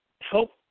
help